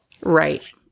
Right